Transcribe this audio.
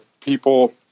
people